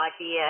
idea